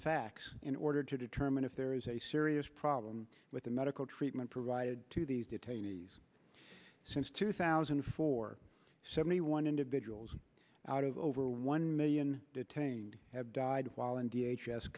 facts in order to determine if there is a serious problem with the medical treatment provided to these detainees since two thousand and four seventy one individuals out of over one million detained have died